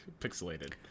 pixelated